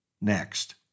Next